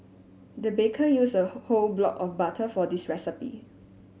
the baker use a whole whole block of butter for this recipe